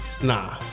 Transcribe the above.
Nah